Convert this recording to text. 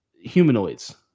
humanoids